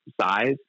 size